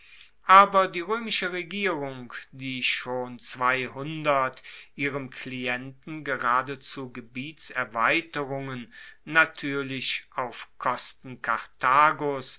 aber die roemische regierung die schon ihrem klienten geradezu gebietserweiterungen natuerlich auf kosten karthagos